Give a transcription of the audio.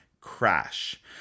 crash